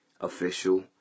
official